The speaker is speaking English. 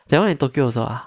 that one in tokyo also ah